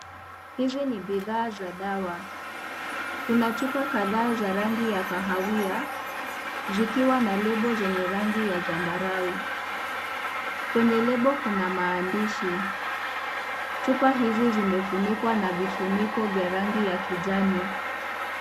Hizi ni bidhaa za dawa. Kuna chupa kadhaa za rangi ya kahawiya, zikiwa na lebo zenye rangi ya sambarau. Kwenye lebo Kuna maandishi. Chupa hizi zimefunikwa na vifuniko vya rangi ya kijani.